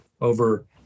over